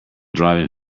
driving